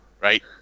right